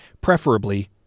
Preferably